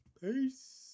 Peace